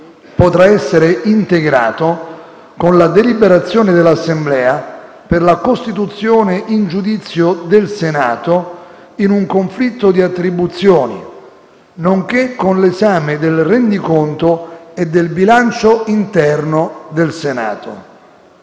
potrà essere integrato con la deliberazione dell'Assemblea per la costituzione in giudizio del Senato in un conflitto di attribuzioni, nonché con l'esame del rendiconto e del bilancio interno del Senato.